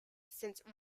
since